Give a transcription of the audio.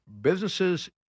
Businesses